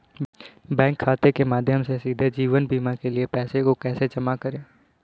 Bank खाते के माध्यम से सीधे जीवन बीमा के लिए पैसे को कैसे जमा करें?